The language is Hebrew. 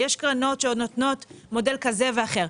ויש קרנות שעוד נותנות מודל כזה ואחר,